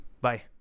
Bye